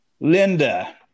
Linda